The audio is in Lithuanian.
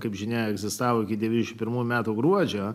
kaip žinia egzistavo iki devyniasdešim pirmų metų gruodžio